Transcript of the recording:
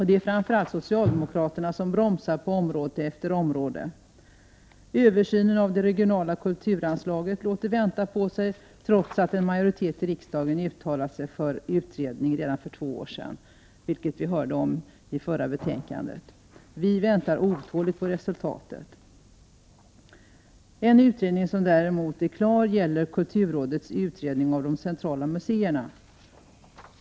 Det är framför allt socialdemokraterna som bromsar på område efter område. Översynen av det regionala kulturanslaget låter vänta på sig, trots att en majoritet i riksdagen uttalat sig för utredningen redan för två år sedan, vilket vi hörde talas om i debatten om det förra betänkandet. Vi väntar otåligt på resultatet. En utredning som däremot är klar är kulturrådets utredning av de centrala museerna.